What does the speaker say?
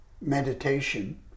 meditation